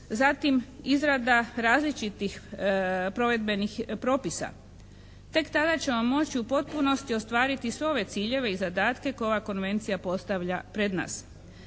zatim izrada različitih provedbenih propisa. Tek tada ćemo moći u potpunosti ostvariti sve ove ciljeve i zadatke koje ova Konvencija postavlja pred nas.